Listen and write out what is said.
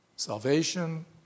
Salvation